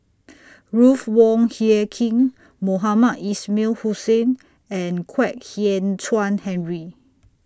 Ruth Wong Hie King Mohamed Ismail Hussain and Kwek Hian Chuan Henry